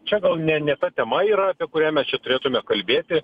čia gal ne ne ta tema yra apie kurią mes čia turėtume kalbėti